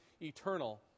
eternal